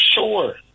sure